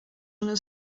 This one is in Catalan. una